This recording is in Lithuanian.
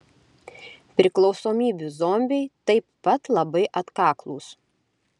priklausomybių zombiai taip pat labai atkaklūs